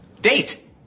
Date